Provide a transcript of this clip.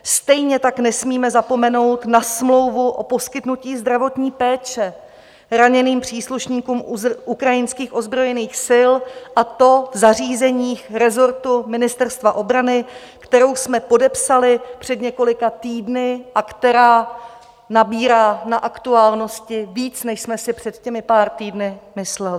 Stejně tak nesmíme zapomenout na smlouvu o poskytnutí zdravotní péče raněným příslušníkům ukrajinských ozbrojených sil, a to v zařízeních resortu Ministerstva obrany, kterou jsme podepsali před několika týdny a která nabírá na aktuálnosti víc, než jsme si před pár týdny mysleli.